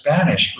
Spanish